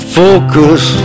focus